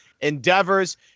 Endeavors